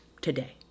Today